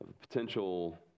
potential